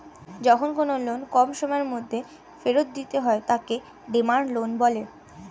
যখন কোনো লোন কম সময়ের মধ্যে ফেরত দিতে হয় তাকে ডিমান্ড লোন বলে